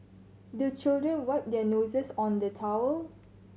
the children wipe their noses on the towel